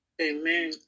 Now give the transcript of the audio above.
Amen